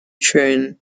tune